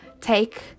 take